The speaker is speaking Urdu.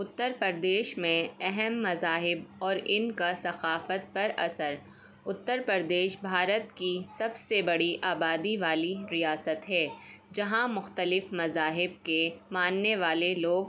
اتر پردیش میں اہم مذاہب اور ان کا ثقافت پر اثر اتر پردیش بھارت کی سب سے بڑی آبادی والی ریاست ہے جہاں مختلف مذاہب کے ماننے والے لوگ